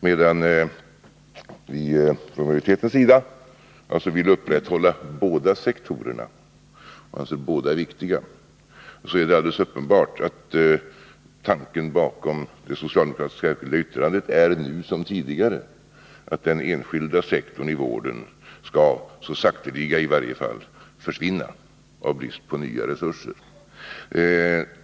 Från utskottsmajoritetens sida däremot vill vi upprätthålla båda sektorerna — båda är alltså viktiga. Det är således alldeles uppenbart att tanken bakom socialdemokraternas särskilda yttrande nu som tidigare är att den enskilda sektorn inom vården skall — i varje fall så sakteliga — försvinna av brist på nya resurser.